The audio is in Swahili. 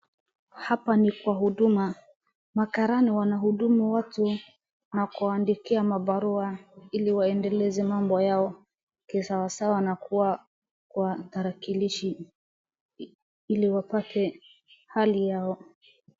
Hapa ni Kwa huduma makarani wanahudumu na kuwandikia mabarua ili waendeleze mambo yao kisawasawa na kuwa kwa tarakilishi ili wapate hali yao.